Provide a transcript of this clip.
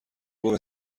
گفت